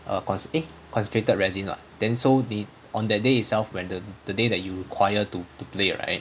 err conce~ eh concentrated resin ah then so the on that day itself when the the day that you require to to play right